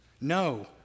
no